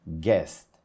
guest